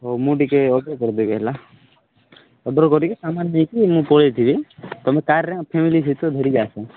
ହଉ ମୁଁ ଟିକେ ଓକେ କରିଦେବି ହେଲା ଅର୍ଡ଼ର୍ କରିକି ସମାନ ଦେଇକି ମୁଁ ପଳାଇ ଥିବି ତୁମେ କାର୍ରେ ଫ୍ୟାମିଲି ସହିତ ଧରିକି ଆସ